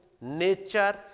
nature